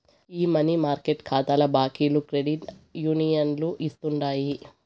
ఈ money market కాతాల బాకీలు క్రెడిట్ యూనియన్లు ఇస్తుండాయి